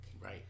right